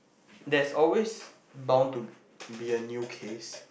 there's always bound to be be a new case